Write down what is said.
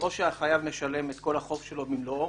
או שהחייב משלם את כל החוב שלו במלואו,